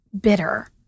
bitter